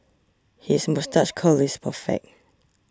his moustache curl is perfect